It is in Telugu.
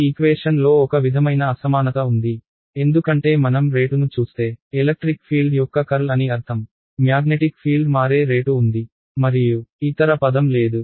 ఈ ఈక్వేషన్ లో ఒక విధమైన అసమానత ఉంది ఎందుకంటే మనం రేటును చూస్తే ఎలక్ట్రిక్ ఫీల్డ్ యొక్క కర్ల్ అని అర్థం మ్యాగ్నెటిక్ ఫీల్డ్ మారే రేటు ఉంది మరియు ఇతర పదం లేదు